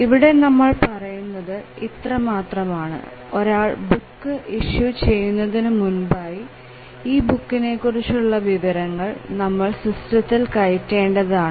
ഇവിടെ നമ്മൾ പറയുന്നത് ഇത്ര മാത്രമാണ് ഒരാൾ ബുക്ക് ഇഷ്യൂ ചെയ്യുന്നതിന് മുൻപായി ഈ ബുക്കിനെ കുറിച്ചുള്ള വിവരങ്ങൾ നമ്മൾ സിസ്റ്റത്തിൽ കയറ്റേണ്ടതാണ്